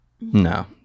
No